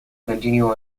continue